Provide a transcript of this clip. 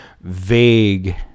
vague